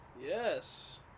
Yes